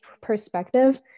perspective